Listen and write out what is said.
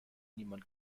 niemand